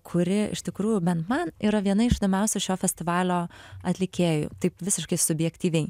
kuri iš tikrųjų bent man yra viena iš įdomiausių šio festivalio atlikėjų taip visiškai subjektyviai